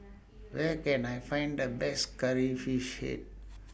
Where Can I Find The Best Curry Fish Head